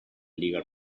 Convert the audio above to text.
legal